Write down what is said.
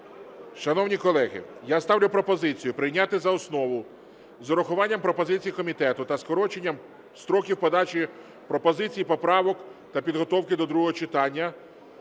Шановні колеги, я ставлю пропозицію прийняти за основу з урахуванням пропозицій комітету та скороченням строків подачі пропозицій і поправок та підготовки до другого читання